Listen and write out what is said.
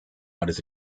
out